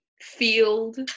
field